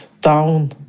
down